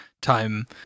time